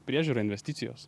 priežiūra investicijos